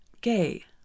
gay